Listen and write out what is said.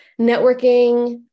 networking